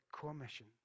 commission